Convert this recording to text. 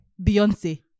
Beyonce